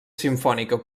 simfònica